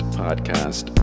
podcast